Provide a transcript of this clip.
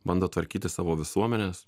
bando tvarkyti savo visuomenes